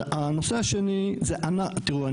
הנושא השני זה תראו,